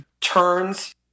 turns